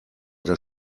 das